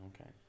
Okay